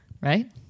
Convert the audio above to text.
Right